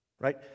right